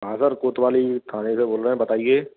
हाँ सर कोतवाली थाने से बोल रहे हैं बताइए